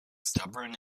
stubborn